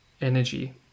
energy